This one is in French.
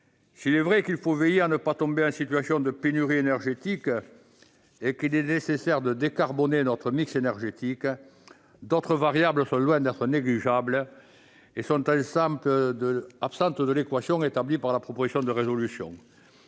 S'il est vrai qu'il faut veiller à ne pas tomber en situation de pénurie énergétique et qu'il est nécessaire de décarboner notre mix énergétique, d'autres variables, loin d'être négligeables, sont absentes de l'équation établie par la proposition de résolution